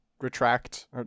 retract